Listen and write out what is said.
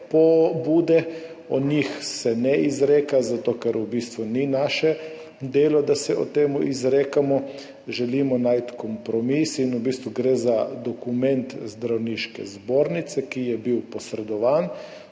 pobude, o njih se ne izreka, zato ker v bistvu ni naše delo, da se o tem izrekamo, želimo najti kompromis in v bistvu gre za dokument Zdravniške zbornice, ki je bil posredovan,